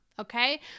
okay